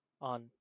on